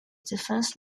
defense